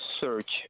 search